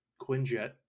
Quinjet